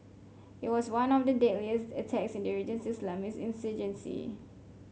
it was one of the deadliest attacks in the region's Islamist insurgency